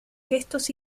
gestos